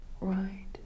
Right